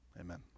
amen